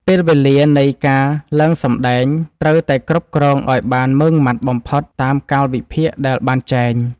ពេលវេលានៃការឡើងសម្ដែងត្រូវតែគ្រប់គ្រងឱ្យបានម៉ឺងម៉ាត់បំផុតតាមកាលវិភាគដែលបានចែង។